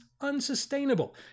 unsustainable